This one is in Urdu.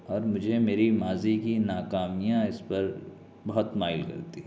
اور مجھے میری ماضی کی ناکامیاں اس پر بہت مائل کرتی ہیں